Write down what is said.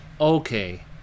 okay